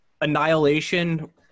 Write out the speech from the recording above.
Annihilation